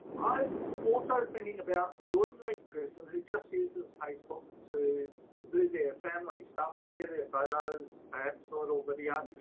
i'm also thinking about the ordinary person who just uses facebook to do their family stuff, share their photos, perhaps a little video.